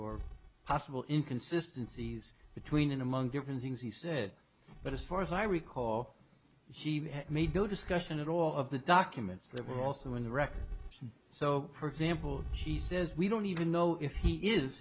or possible in consistencies between and among different things he said but as far as i recall he made no discussion at all of the documents that were also in the record so for example she says we don't even know if he is